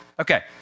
Okay